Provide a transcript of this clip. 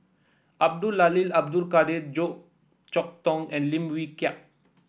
Abdul Lalil Abdul Kadir Goh Chok Tong and Lim Wee Kiak